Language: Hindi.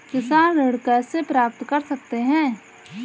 किसान ऋण कैसे प्राप्त कर सकते हैं?